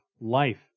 life